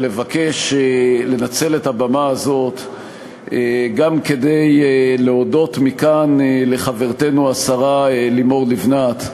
ולבקש לנצל את הבמה הזאת גם כדי להודות מכאן לחברתנו השרה לימור לבנת,